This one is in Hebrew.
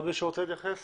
מישהו שרוצה להתייחס